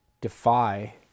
defy